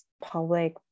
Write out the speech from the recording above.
public